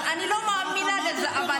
אני לא מאמינה לזה.